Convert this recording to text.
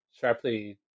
sharply